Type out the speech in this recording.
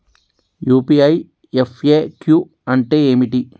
UPI FAQ అంటే ఏమిటి?